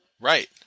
right